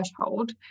threshold